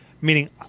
Meaning